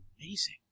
amazing